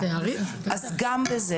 אז גם בזה.